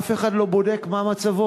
אף אחד לא בודק מה מצבה.